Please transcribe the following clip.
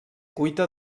cuita